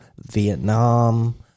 Vietnam